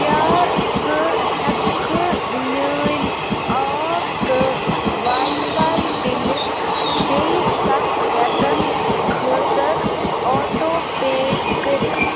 کیٛاہ ژٕ ہٮ۪ککھٕ میٛٲنۍ آب تہٕ واے فاے بِلہٕ بیٚیہِ سَتھ رٮ۪تن خٲطرٕ آٹو پے کٔرِتھ